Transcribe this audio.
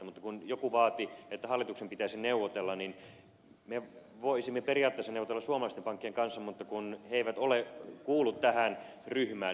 mutta kun joku vaati että hallituksen pitäisi neuvotella niin me voisimme periaatteessa neuvotella suomalaisten pankkien kanssa mutta kun ne eivät kuulu tähän ryhmään